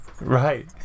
right